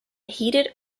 heated